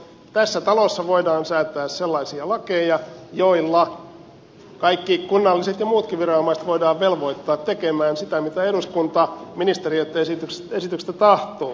ministeri risikko tässä talossa voidaan säätää sellaisia lakeja joilla kaikki kunnalliset ja muutkin viranomaiset voidaan velvoittaa tekemään sitä mitä eduskunta ministeriöitten esityksestä tahtoo